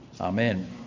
Amen